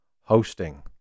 hosting